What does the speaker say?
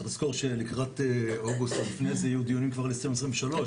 צריך לזכור שלקראת אוגוסט או לפני זה יהיו כבר דיונים לתקציב 2023,